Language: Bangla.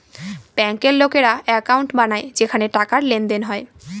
ব্যাঙ্কের লোকেরা একাউন্ট বানায় যেখানে টাকার লেনদেন হয়